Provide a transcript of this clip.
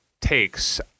takes